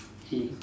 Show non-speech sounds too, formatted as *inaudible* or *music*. *noise*